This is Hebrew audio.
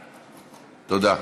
תודה.